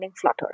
Flutter